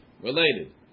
related